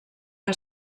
que